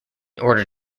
order